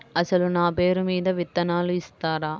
అసలు నా పేరు మీద విత్తనాలు ఇస్తారా?